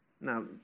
Now